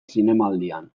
zinemaldian